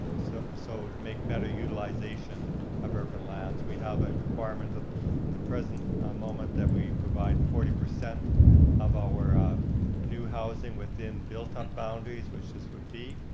so it so would make better utilization of urban lands. we have a requirement of the present moment that we provide forty percent of our new housing within built up boundaries, which this would be,